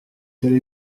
telle